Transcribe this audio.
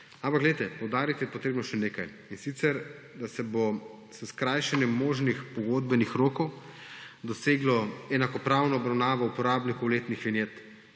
Ampak glejte, poudariti je potrebno še nekaj, in sicer da se bo s skrajšanjem možnih pogodbenih rokov doseglo enakopravno obravnavo uporabnikov letnih vinjet.